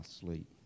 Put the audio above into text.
sleep